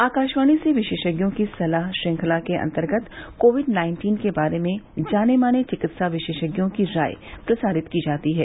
आकाशवाणी से विशेषज्ञों की सलाह की श्रृंखला के अंतर्गत कोविड नाइन्टीन के बारे में जाने माने चिकित्सा विशेषज्ञों की राय प्रसारित की जाती है